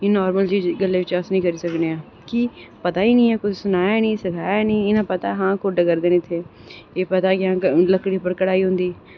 इ'यां नॉर्मल जेही गल्लै च अस निं करी सकने आं आं कि कोई पता निं ऐ सनाया निं उस सनाया निं इ'यां पता हा कुड्ड करदे न इत्त एह् पता कि लकड़ी पर कढ़ाई होंदी